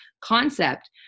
concept